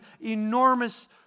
enormous